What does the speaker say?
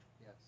Yes